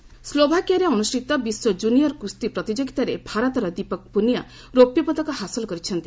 wrestling ସ୍କୋଭାକିଆରେ ଅନୁଷ୍ଠିତ ବିଶ୍ୱ କୁନିୟର୍ କୁସ୍ତି ପ୍ରତିଯୋଗିତାରେ ଭାରତର ଦୀପକ ପୁନିଆ ରୌପ୍ୟ ପଦକ ହାସଲ କରିଛନ୍ତି